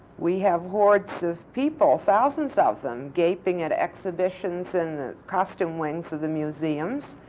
we have hordes of people, thousands of them, gaping at exhibitions in the costume wings of the museums,